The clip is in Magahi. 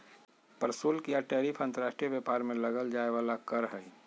प्रशुल्क या टैरिफ अंतर्राष्ट्रीय व्यापार में लगल जाय वला कर हइ